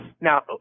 now